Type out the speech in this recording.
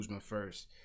first